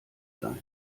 sein